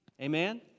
Amen